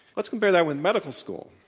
let's compare that with medical school.